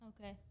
Okay